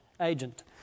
agent